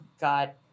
got